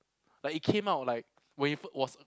like it came out like when it was